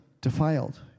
Defiled